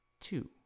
two